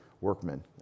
workmen